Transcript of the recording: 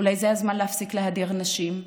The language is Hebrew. אולי זה הזמן להפסיק להדיר אנשים,